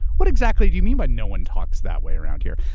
what exactly do you mean by, no one talks that way around here?